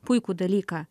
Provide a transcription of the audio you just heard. puikų dalyką